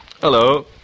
hello